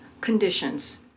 conditions